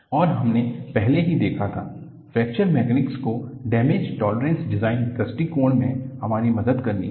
और हमने पहले ही देखा था फ्रैक्चर मैकेनिक्स को डैमेज टोलेरंट डिजाइन दृष्टिकोण में हमारी मदद करनी है